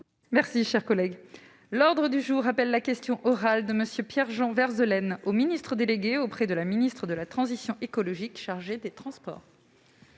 Merci, cher collègue, l'ordre du jour appelle la question orale de monsieur Pierre-Jean Vergnes ELN au Ministre délégué auprès de la ministre de la transition écologique, chargé des Transports.